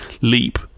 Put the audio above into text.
leap